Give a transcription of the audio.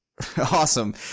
Awesome